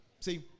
see